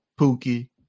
Pookie